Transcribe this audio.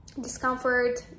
discomfort